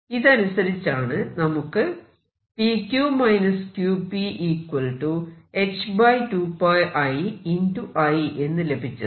ഇതനുസരിച്ചാണ് നമുക്ക് എന്ന് ലഭിച്ചത്